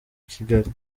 kigali